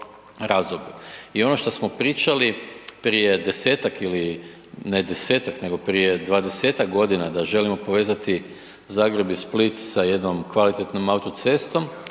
ne 10-ak nego prije 20-ak godina da želimo povezati Zagreb i Split sa jednom kvalitetnom autocestom